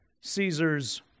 Caesar's